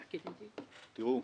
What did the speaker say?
תראו,